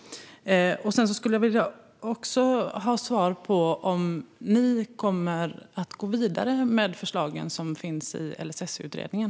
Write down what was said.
Jag vill också ha svar på om ni kommer att gå vidare med förslagen som finns i LSS-utredningen.